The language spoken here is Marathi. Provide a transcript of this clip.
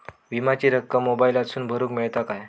विमाची रक्कम मोबाईलातसून भरुक मेळता काय?